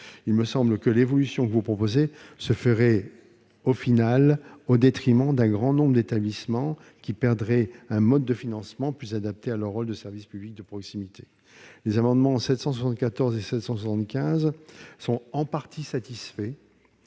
Il me semble que l'évolution que vous proposez se ferait en définitive au détriment d'un grand nombre d'établissements, qui perdraient un mode de financement plus adapté à leur rôle de service public de proximité. Les amendements n 774 rectifié et 775 rectifié sont en partie satisfaits,